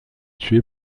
tué